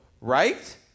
right